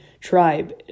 tribe